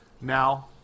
now